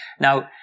now